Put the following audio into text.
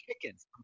Chickens